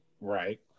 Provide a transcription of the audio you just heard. Right